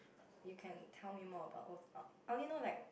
you can tell me more about old I only know like